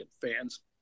fans